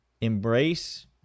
embrace